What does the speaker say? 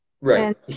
Right